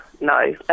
no